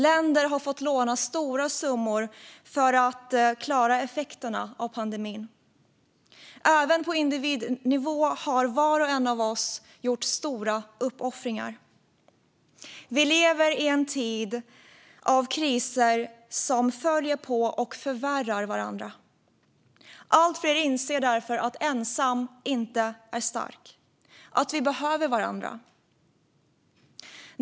Länder har fått låna stora summor för att klara effekterna av pandemin. Även på individnivå har var och en av oss gjort stora uppoffringar. Vi lever i en tid av kriser som följer på och förvärrar varandra. Allt fler inser därför att ensam inte är stark och att vi behöver varandra.